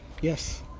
Yes